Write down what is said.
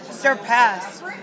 surpass